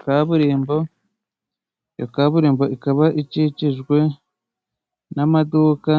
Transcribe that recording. Kaburimbo, iyo kaburimbo ikaba ikikijwe n'aduka